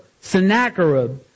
Sennacherib